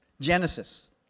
Genesis